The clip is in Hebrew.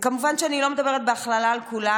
וכמובן שאני לא מדברת בהכללה על כולם,